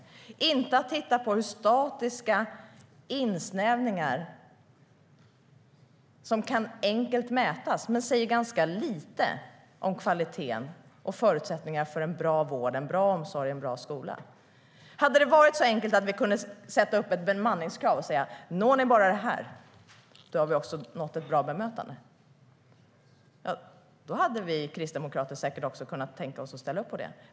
Det handlar inte om att titta på statiska insnävningar som enkelt kan mätas men som säger ganska lite om kvaliteten och förutsättningar för en bra vård, en bra omsorg och en bra skola. Hade det varit så enkelt att vi kunnat sätta upp ett bemanningskrav och säga: Når ni bara detta har vi också nått ett bra bemötande, hade vi kristdemokrater säkert också kunnat tänka oss att ställa upp på det.